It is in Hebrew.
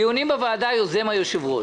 דיונים בוועדה יוזם היושב-ראש,